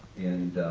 and,